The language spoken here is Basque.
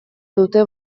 dute